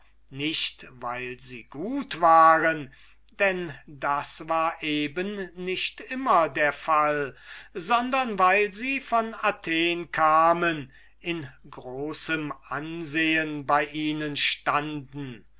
nicht weil sie gut waren denn das war eben nicht immer der fall sondern weil sie von athen kamen in großem ansehen bei ihnen stunden